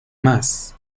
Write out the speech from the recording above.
más